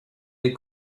les